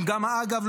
אגב,